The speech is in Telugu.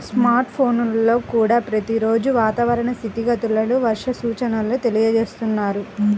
స్మార్ట్ ఫోన్లల్లో కూడా ప్రతి రోజూ వాతావరణ స్థితిగతులను, వర్ష సూచనల తెలియజేస్తున్నారు